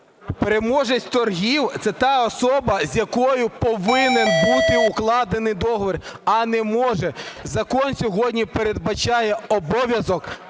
Переможець торгів – це та особа, з якою повинен бути укладений договір, а не може. Закон сьогодні передбачає обов'язок,